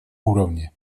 уровне